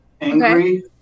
Angry